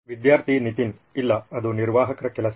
ವಿದ್ಯಾರ್ಥಿ ನಿತಿನ್ ಇಲ್ಲ ಅದು ನಿರ್ವಾಹಕರ ಕೆಲಸ